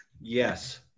Yes